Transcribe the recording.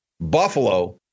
Buffalo